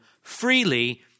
freely